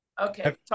Okay